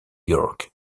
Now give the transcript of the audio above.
york